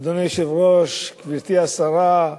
אדוני היושב-ראש, גברתי השרה,